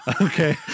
Okay